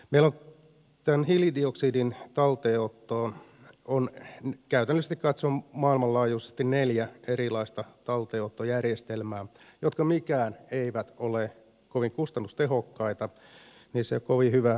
meillä tämän hiilidioksidin talteenottoon on käytännöllisesti katsoen maailmanlaajuisesti neljä erilaista talteenottojärjestelmää joista mikään ei ole kovin kustannustehokas niissä ei ole kovin hyvä hyötysuhde